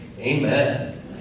amen